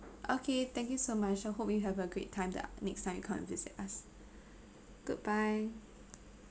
okay thank you so much I hope you have a great time the next time you come and visit us goodbye